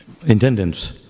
intendants